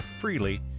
freely